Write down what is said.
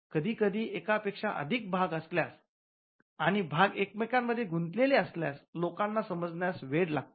कधीकधी एका पेक्षा अधिक भाग असल्यास आणि भाग एकमेकांमध्ये गुंतलेले असल्यास लोकांना समजण्यास वेळ लागतो